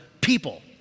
people